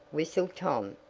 whistled tom.